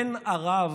בן ערב,